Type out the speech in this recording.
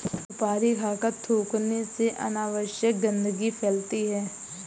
सुपारी खाकर थूखने से अनावश्यक गंदगी फैलती है